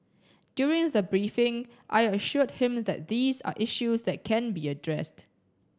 during the briefing I assured him that these are issues that can be addressed